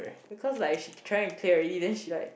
because like she trying to clear already then she like